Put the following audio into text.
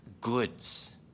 goods